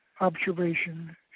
observation